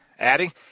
Adding